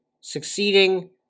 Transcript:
succeeding